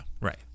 Right